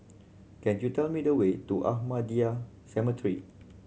can you tell me the way to Ahmadiyya Cemetery